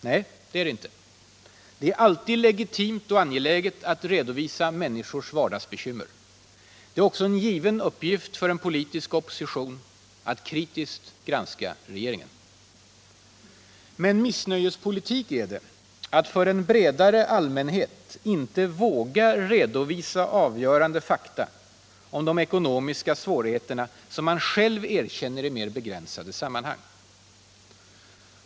Nej, det är alltid legitimt och angeläget att redovisa människors vardagsbekymmer. Det är också en given uppgift för en politisk opposition att kritiskt granska regeringen. Men missnöjespolitik är det att för en bredare allmänhet inte våga redovisa avgörande fakta om de ekonomiska svårigheterna som man själv erkänner i mer begränsade sammanhang.